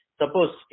suppose